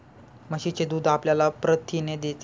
म्हशीचे दूध आपल्याला प्रथिने देते